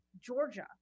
Georgia